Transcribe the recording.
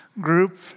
group